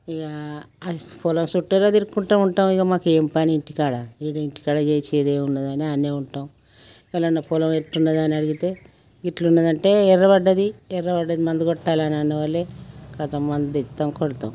ఇక పొలం చుట్టూరా తిరుగుకుంటూ ఉంటాం మాకు ఏమి పని ఇంటి కాడ ఇంటికాడ చేసేది ఏముండదని ఆడ్నే ఉంటాం ఎవరైనా పొలం ఎట్లున్నది అని అడిగితే ఇట్లున్నదంటే ఎర్ర పడింది ఎర్ర పడింది మందు కొట్టాల అనే వాళ్ళే కాస్త మందు తెస్తాం కొడతాం